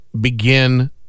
begin